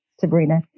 Sabrina